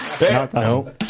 No